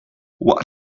what